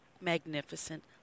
Magnificent